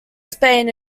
spain